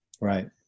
Right